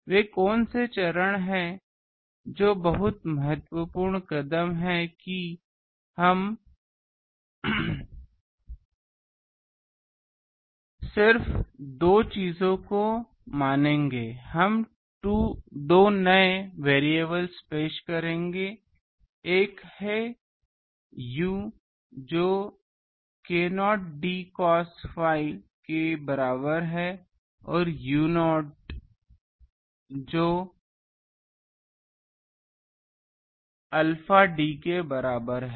वे कौन से चरण हैं जो बहुत महत्वपूर्ण कदम हैं कि हम सिर्फ 2 चीजों को मानेंगे हम 2 नए वेरिएबल्स पेश करेंगे एक है u जो k0 d cos phi के बराबर है और यू नॉट जो अल्फा d के बराबर है